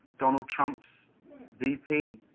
donald trump's vp.